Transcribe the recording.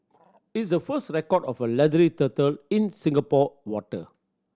it's the first record of a leathery turtle in Singapore water